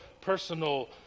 personal